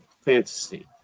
fantasy